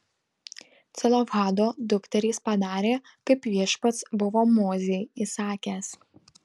celofhado dukterys padarė kaip viešpats buvo mozei įsakęs